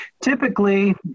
typically